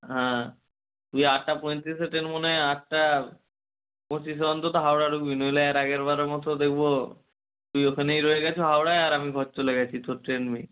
হ্যাঁ তুই আটটা পঁয়ত্রিশে ট্রেন মানে আটটা পঁচিশে অন্তত হাওড়া ঢুকবি নইলে এর আগেরবারের মতো দেখব তুই ওখানেই রয়ে গিয়েছ হাওড়ায় আর আমি ঘর চলে গিয়েছি তোর ট্রেন মিস